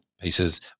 pieces